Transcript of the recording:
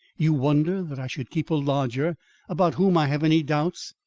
you wonder that i should keep a lodger about whom i have any doubts,